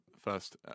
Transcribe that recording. first